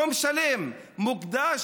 יום שלם מוקדש,